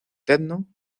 techno